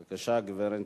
בבקשה, גברתי.